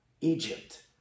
Egypt